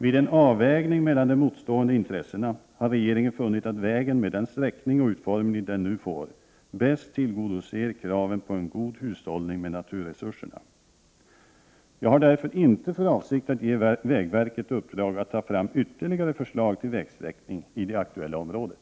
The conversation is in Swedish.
Vid en avvägning mellan de motstående intressena har regeringen funnit att vägen med den sträckning och utformning den nu får bäst tillgodoser kraven på en god hushållning med naturresurserna. Jag har därför inte för avsikt att ge vägverket i uppdrag att ta fram ytterligare förslag till vägsträckning i det aktuella området.